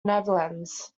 netherlands